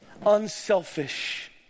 Unselfish